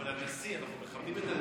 אבל אנחנו מכוונים את זה